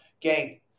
gang